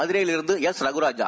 மதுரையிலிருந்து எஸ் ரகுராஜா